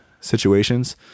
situations